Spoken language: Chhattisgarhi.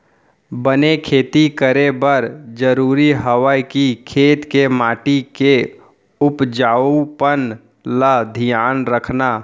बने खेती करे बर जरूरी हवय कि खेत के माटी के उपजाऊपन ल धियान रखना